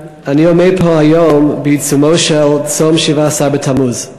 אני עומד פה היום בעיצומו של צום שבעה-עשר בתמוז.